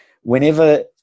whenever